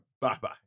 Bye-bye